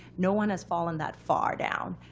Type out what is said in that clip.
no one has fallen that far down,